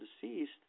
deceased